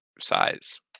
size